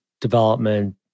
development